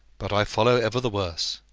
but i follow ever the worse.